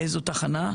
איזו תחנה,